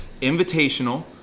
invitational